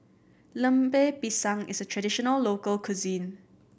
Lemper Pisang is a traditional local cuisine